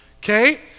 okay